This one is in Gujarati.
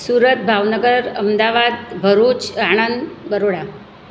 સુરત ભાવનગર અમદાવાદ ભરૂચ આણંદ બરોડા